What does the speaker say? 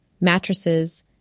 mattresses